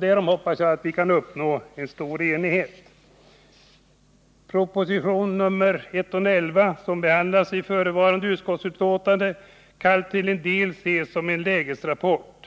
Därom hoppas jag att vi kan uppnå en stor enighet. Proposition nr 111, som behandlas i förevarande utskottsbetänkande, kan till en del ses som en lägesrapport.